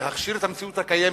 להכשיר את המציאות הקיימת,